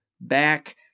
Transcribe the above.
back